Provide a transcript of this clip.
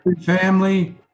family